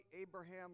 Abraham